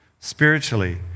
spiritually